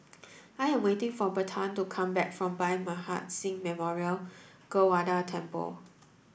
I am waiting for Bertrand to come back from Bhai Maharaj Singh Memorial Gurdwara Temple